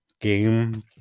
game